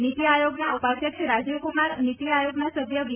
નીતિ આયોગના ઉપાધ્યક્ષ રાજીવ્કુમાર નીતિ આયોગના સભ્ય વે